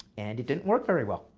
and it didn't work very well.